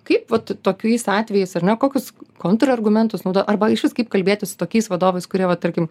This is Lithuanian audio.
kaip vat tokiais atvejais ar ne kokius kontrargumentus naudo arba išvis kaip kalbėtis su tokiais vadovais kurie va tarkim